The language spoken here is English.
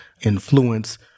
influence